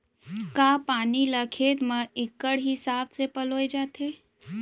का पानी ला खेत म इक्कड़ हिसाब से पलोय जाथे?